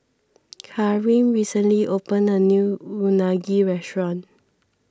Kareem recently opened a new Unagi restaurant